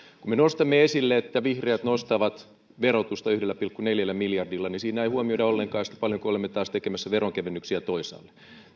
kun me nostamme esille että vihreät nostavat verotusta yhdellä pilkku neljällä miljardilla niin siinä ei huomioida ollenkaan sitä paljonko olemme taas tekemässä veronkevennyksiä toisaalle